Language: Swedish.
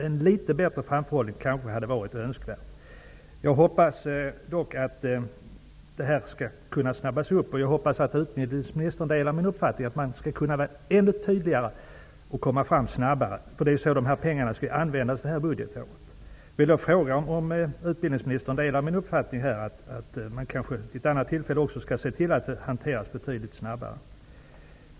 En litet bättre framförhållning kanske hade varit önskvärd. Jag hoppas dock att detta skall kunna snabbas upp. Jag hoppas att utbildningsministern delar min uppfattning att man skall kunna vara ännu tydligare och ge besked snabbare. De här pengarna skall ju användas det här budgetåret. Jag vill fråga om utbildningsministern delar min uppfattning att man vid ett annat tillfälle kanske också skall se till att ärendet hanteras betydligt snabbare.